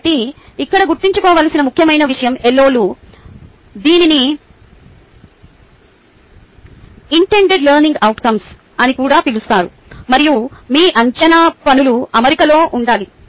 కాబట్టి ఇక్కడ గుర్తుంచుకోవలసిన ముఖ్యమైన విషయం LO లు దీనిని ఇంటెండెడ్ లెర్నింగ్ అవుట్కంస్ అని కూడా పిలుస్తారు మరియు మీ అంచనా పనులు అమరికలో ఉండాలి